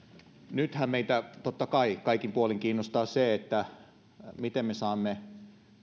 nythän meitä totta kai kaikin puolin kiinnostaa se miten me saamme